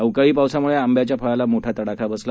अवकाळी पावसामुळे आंब्याच्या फळाला मोठा तडाखा बसला